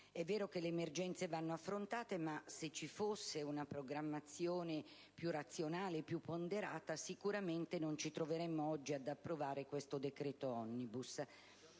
È vero che le emergenze vanno affrontate, ma se ci fosse una programmazione più razionale e più ponderata, sicuramente non ci troveremmo oggi a dover affrontare la